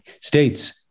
states